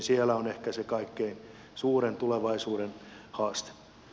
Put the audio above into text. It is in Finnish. siellä on ehkä se kaikkein suurin tulevaisuuden haaste